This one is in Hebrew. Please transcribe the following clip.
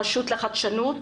הרשות לחדשנות?